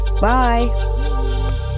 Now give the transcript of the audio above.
Bye